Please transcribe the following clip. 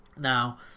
Now